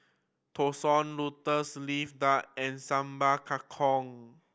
Thosai Lotus Leaf Duck and Sambal Kangkong